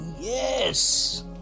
yes